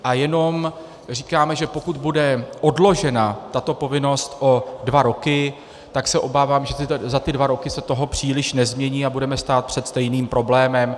A jenom říkáme, že pokud bude odložena tato povinnost o dva roky, tak se obávám, že za ty dva roky se toho příliš nezmění a budeme stát před stejným problémem.